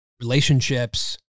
relationships